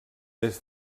des